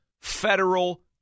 federal